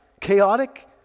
chaotic